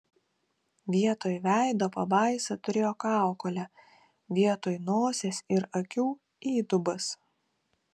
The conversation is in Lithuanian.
vietoj veido pabaisa turėjo kaukolę vietoj nosies ir akių įdubas